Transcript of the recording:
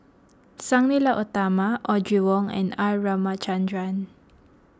Sang Nila Utama Audrey Wong and R Ramachandran